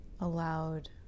allowed